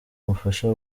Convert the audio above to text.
umufasha